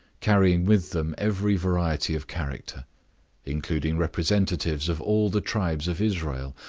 carrying with them every variety of character including representatives of all the tribes of israel,